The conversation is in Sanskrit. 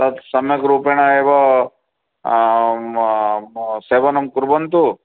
तत् सम्यक् रूपेण एव सेवनं कुर्वन्तु